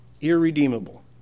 irredeemable